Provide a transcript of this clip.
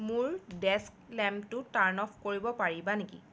মোৰ ডেস্ক লেম্পটো turn off কৰিব পাৰিবা নেকি